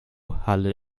halle